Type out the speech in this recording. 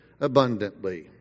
abundantly